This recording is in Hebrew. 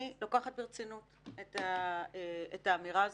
אני לוקחת ברצינות את האמירה הזאת.